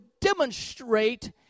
demonstrate